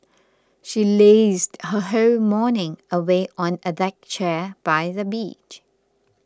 she lazed her whole morning away on a deck chair by the beach